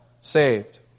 saved